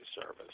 service